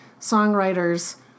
songwriters